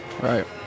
right